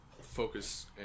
focus